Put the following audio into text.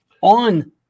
on